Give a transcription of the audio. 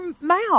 mouth